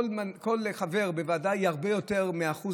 כל חבר בוועדה הוא הרבה יותר מהאחוז